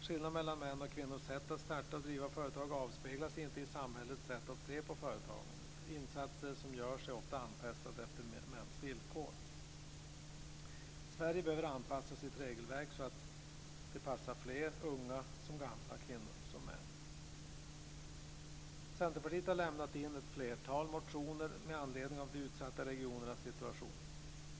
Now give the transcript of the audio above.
Skillnaden mellan mäns och kvinnors sätt att starta och driva företag avspeglar sig inte i samhällets sätt att se på företagandet. Insatser som görs är ofta anpassade efter mäns villkor. Sverige behöver anpassa sitt regelverk så att det passar fler - unga som gamla, kvinnor som män. Centerpartiet har lämnat in ett flertal motioner med anledning av de utsatta regionernas situation.